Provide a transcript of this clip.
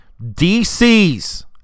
DC's